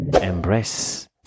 embrace